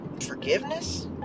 forgiveness